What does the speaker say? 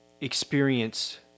experience